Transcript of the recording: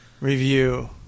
review